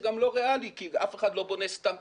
זה גם לא ריאלי כי אף אחד לא בונה סתם,